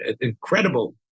incredible